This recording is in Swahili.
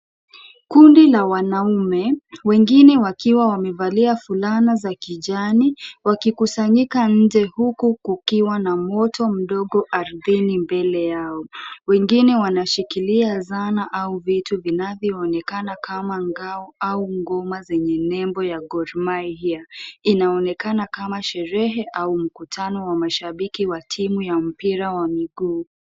Kundi la wanaume, wengine wakiwa wamevalia fulana za kijani, wakikusanyika nje huku kukiwa na moto mdogo ardhini mbele yao. Wengine wanashikilia zana au vitu vinavyoonekana kama ngao au ngoma zenye nembo ya Gor Mahia. Inaonekana kama sherehe au mkutano wa mashabiki wa timu ya mpira wa miguu.